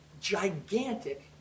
gigantic